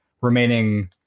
remaining